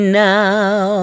now